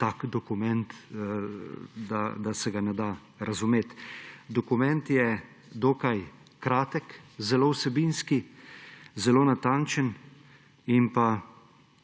tak dokument, da se ga ne da razumeti. Dokument je dokaj kratek, zelo vsebinski, zelo natančen in